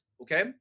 okay